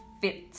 fit